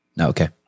Okay